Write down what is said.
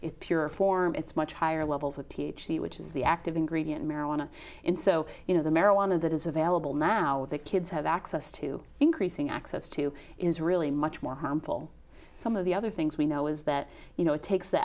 it pure form it's much higher levels of t h c which is the active ingredient in marijuana and so you know the marijuana that is available now now that kids have access to increasing access to is really much more harmful some of the other things we know is that you know it takes the